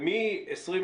מ-2021,